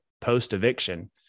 post-eviction